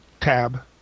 tab